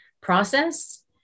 process